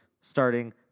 starting